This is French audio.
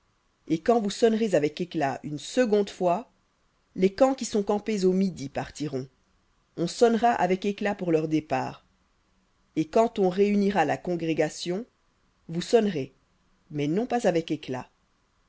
et quand vous sonnerez avec éclat une seconde fois les camps qui sont campés au midi partiront on sonnera avec éclat pour leurs départs et quand on réunira la congrégation vous sonnerez mais non pas avec éclat